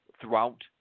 throughout